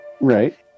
Right